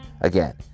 Again